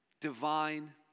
divine